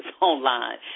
online